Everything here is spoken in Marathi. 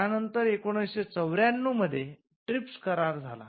त्यानंतर १९९४ मध्ये ट्रिप्स करार झाला